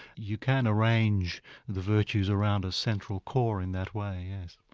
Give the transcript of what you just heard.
you can arrange the virtues around a central core in that way, yes.